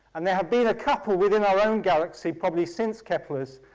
and there have been a couple within our own galaxy, probably, since kepler's,